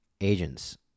agents